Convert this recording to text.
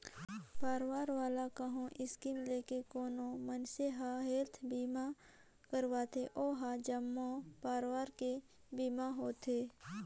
परवार वाला कहो स्कीम लेके कोनो मइनसे हर हेल्थ बीमा करवाथें ओ हर जम्मो परवार के बीमा होथे